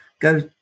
go